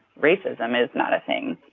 racism is not a thing.